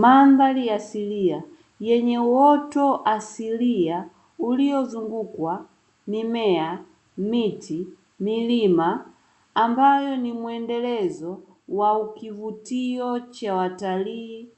Mandhari asilia yenye uoto asilia uliozungukwa: mimea, miti, milima ambayo ni mwendelezo wa kivutio cha watalii,